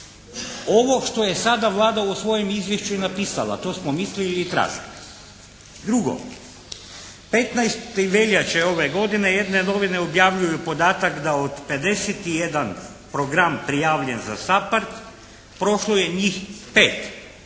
Ovo što je sada Vlada u svojem izvješću napisala to smo mislili i tražili. Drugo, 15. veljače ove godine jedne novine objavljuju podatak da od 51 program prijavljen za «SAPHARD» prošlo je njih 5.